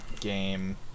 game